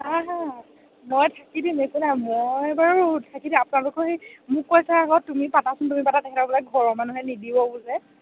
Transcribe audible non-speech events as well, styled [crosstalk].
[unintelligible] মই থাকি দিম একো নাই মই বাৰু থাকি দিম আপোনালোকৰ সেই মোক কৈছে আকৌ তুমি পাতাচোন তুমি পাতা তেহেঁতৰ বোলে ঘৰৰ মানুহে নিদিব বোলে